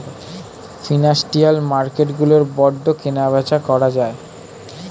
financial মার্কেটগুলোয় bond কেনাবেচা করা যায়